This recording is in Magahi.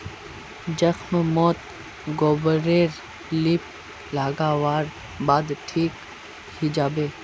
जख्म मोत गोबर रे लीप लागा वार बाद ठिक हिजाबे